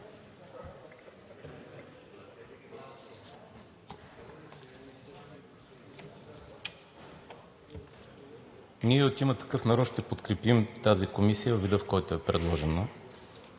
Ние от „Има такъв народ“ ще подкрепим тази комисия във вида, в който е предложена.